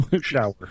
Shower